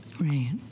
Right